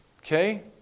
okay